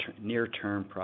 near-term